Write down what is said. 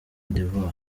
d’ivoire